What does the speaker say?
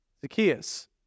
Zacchaeus